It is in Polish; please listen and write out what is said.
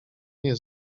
nie